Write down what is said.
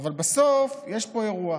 אבל בסוף, יש פה אירוע.